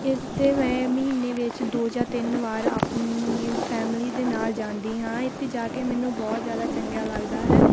ਇਸਦੇ ਮੈਂ ਮਹੀਨੇ ਵਿੱਚ ਦੋ ਜਾਂ ਤਿੰਨ ਵਾਰ ਆਪਣੀ ਫੈਮਿਲੀ ਦੇ ਨਾਲ ਜਾਂਦੀ ਹਾਂ ਇੱਥੇ ਜਾ ਕੇ ਮੈਨੂੰ ਬਹੁਤ ਜ਼ਿਆਦਾ ਚੰਗਾ ਲੱਗਦਾ ਹੈ